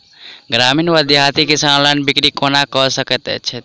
ग्रामीण वा देहाती किसान ऑनलाइन बिक्री कोना कऽ सकै छैथि?